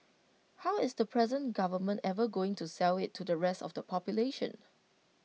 how is the present government ever going to sell IT to the rest of the population